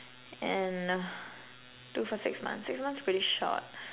and do for six months six months pretty short